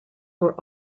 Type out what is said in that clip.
were